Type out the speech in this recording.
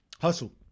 Hustle